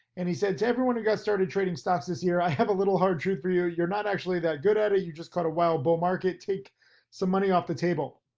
and he said, to everyone who got started trading stocks this year i have a little hard truth for you. you're not actually that good at it, you just caught a wild bull market. take some money off the table.